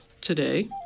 today